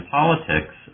politics